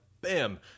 bam